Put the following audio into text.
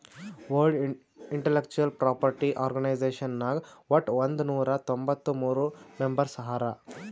world intellectual property organization ನಾಗ್ ವಟ್ ಒಂದ್ ನೊರಾ ತೊಂಬತ್ತ ಮೂರ್ ಮೆಂಬರ್ಸ್ ಹರಾ